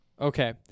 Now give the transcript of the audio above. Okay